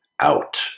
out